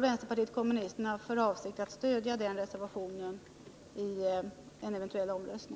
Vänsterpartiet kommunisterna har för avsikt att i en eventuell omröstning stödja reservationen om VISIR.